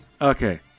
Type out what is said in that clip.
Okay